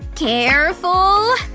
careful!